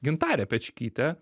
gintarę pečkytę